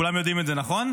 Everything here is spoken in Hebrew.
כולם יודעים את זה, נכון?